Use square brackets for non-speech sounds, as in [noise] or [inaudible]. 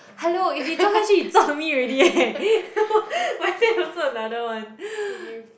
hello if he 撞下去撞 me already eh [laughs] my dad also another one [breath]